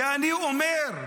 כי אני אומר,